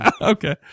Okay